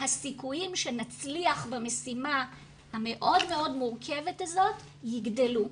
הסיכויים שנצליח במשימה המאוד מאוד מורכבת הזאת יגדלו.